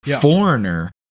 Foreigner